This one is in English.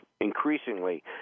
increasingly